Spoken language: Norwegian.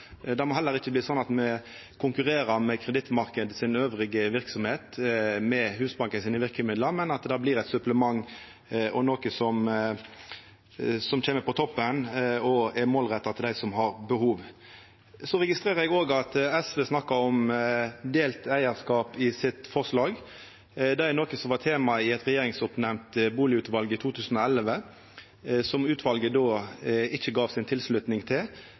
Det må heller ikkje bli slik at verksemda til kredittmarknaden elles konkurrerer med Husbankens verkemiddel, men at det blir eit supplement og noko som kjem på toppen, og som er målretta mot dei som har behov. Så registrerer eg òg at SV snakkar om delt eigarskap i forslaget sitt. Det er noko som var tema i eit regjeringsoppnemnd bustadutval i 2011, som utvalet då ikkje gav si tilslutning til, og som eg heller ikkje registrerte at den raud-grøne regjeringa tok initiativ til